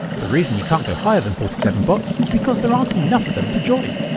the reason you can't go higher than forty seven bots is because there aren't enough of them to join!